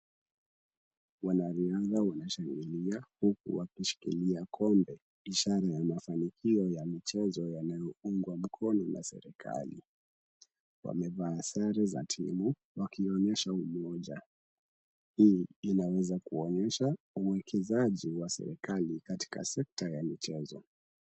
Wanariadha wanashangilia, huku wakishikilia kombe ishara ya mafanikio ya michezo yanayoungwa mkono na serikali. Wamevaa sare za timu, wakionyesha umoja. Hii inaweza kuonyesha uwekezaji wa serikali katika sekta ya michezo.